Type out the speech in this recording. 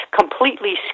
completely